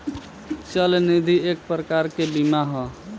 चल निधि एक प्रकार के बीमा ह